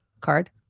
card